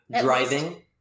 driving